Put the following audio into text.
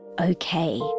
Okay